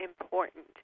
important